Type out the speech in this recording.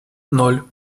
ноль